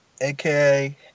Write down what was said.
aka